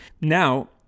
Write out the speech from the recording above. now